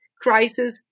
crisis